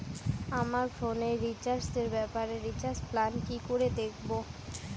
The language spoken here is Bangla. আমার ফোনে রিচার্জ এর ব্যাপারে রিচার্জ প্ল্যান কি করে দেখবো?